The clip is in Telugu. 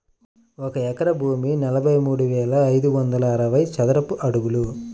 ఒక ఎకరం భూమి నలభై మూడు వేల ఐదు వందల అరవై చదరపు అడుగులు